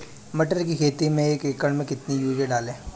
मटर की खेती में एक एकड़ में कितनी यूरिया डालें?